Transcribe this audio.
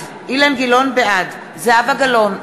בעד זהבה גלאון,